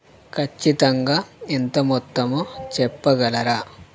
ఖచ్చితంగా ఎంత మొత్తమో చెప్పగలరా